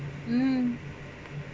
mm